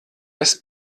des